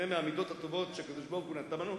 זה מהמידות הטובות שהקדוש-ברוך-הוא נתן לנו.